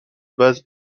base